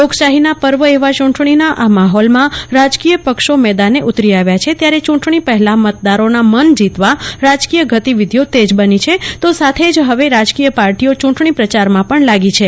લોકશાહીના પર્વ એવા ચૂંટણી ના માહોલમાં રાજકીય પક્ષો મેદાને ઉતરી આવ્યા છે ત્યારે ચૂંટણી પહેલા મતદારોના મન જીતવા રાજકીય ગતિવિષિઓ તેજ બની છે તો સાથે જ હવે રાજકીય પાર્ટીઓ ચૂંટણી પ્રચારમાં પણ લાગી છે